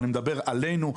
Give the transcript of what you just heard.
ואני מדבר עלינו.